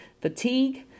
fatigue